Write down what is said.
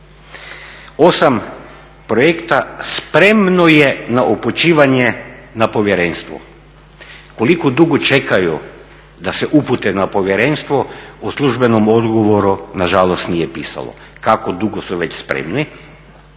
8 projekta spremno je na upućivanje na povjerenstvo. Koliko dugo čekaju da se upute na povjerenstvo u službenom odgovoru nažalost nije pisalo, kako dugo su već spremni